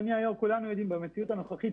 כולנו יודעים כמה קשה במציאות הנוכחית